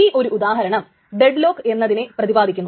ഈ ഒരു ഉദാഹരണം ഡെഡ് ലോക്ക് എന്നതിനെ പ്രതിപാദിക്കുന്നു